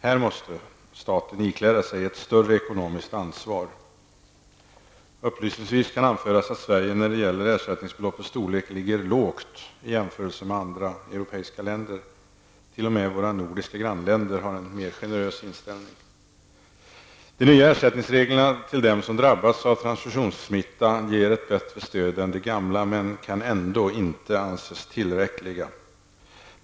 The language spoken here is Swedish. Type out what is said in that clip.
Här måste staten ikläda sig ett större ekonomiskt ansvar. Upplysningsvis kan anföras att ersättningbeloppet i Sverige är lågt i jämförelse med andra europeiska länder. T.o.m. våra nordiska grannländer har en generösare inställning. De nya reglerna för ersättning till dem som har drabbats av transfusionssmitta ger ett bättre stöd än de gamla men kan ändå inte anses tillräckliga.